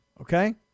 okay